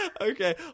Okay